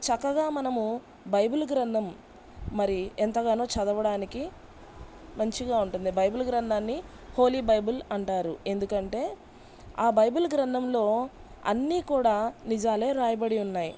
చక్కగా మనము బైబిల్ గ్రంథం మరి ఎంతగానో చదవడానికి మంచిగా ఉంటుంది బైబిల్ గ్రంథాన్ని బైబిల్ అంటారు ఎందుకంటే ఆ బైబిల్ గ్రంథంలో అన్నీ కూడా నిజాలే వ్రాయబడి ఉన్నాయి